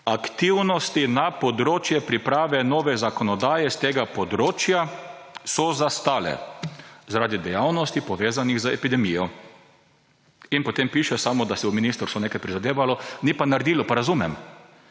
Aktivnosti na področju priprave nove zakonodaje s tega področja so zastale zaradi dejavnosti, povezanih z epidemijo. In potem piše samo, da si je ministrstvo nekaj prizadevalo, ni pa naredilo. Pa razumem.